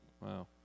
Wow